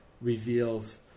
reveals